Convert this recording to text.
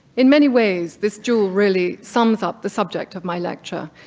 in many ways this jewel really sums up the subject of my lecture,